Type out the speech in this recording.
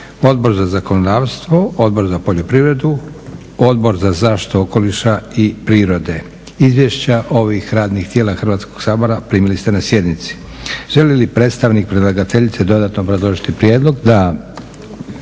Odbor za zakonodavstvo, Odbor za poljoprivredu, Odbor za zaštitu okoliša i prirode. Izvješća ovih radnih tijela Hrvatskog sabora primili ste na sjednici. Želi li predstavnik predlagateljice dodatno obrazložiti prijedlog? Da.